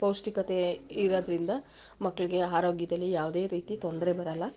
ಪೌಷ್ಟಿಕತೆ ಇರೋದ್ರಿಂದ ಮಕ್ಕಳಿಗೆ ಆರೋಗ್ಯದಲ್ಲಿ ಯಾವುದೇ ರೀತಿ ತೊಂದರೆ ಬರೋಲ್ಲ